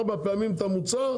ארבע פעמים את המוצר,